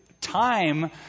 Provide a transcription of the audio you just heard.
time